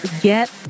get